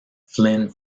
flynn